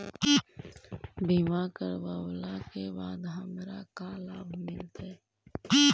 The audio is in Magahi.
बीमा करवला के बाद हमरा का लाभ मिलतै?